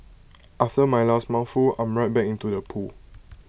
after my last mouthful I'm right back into the pool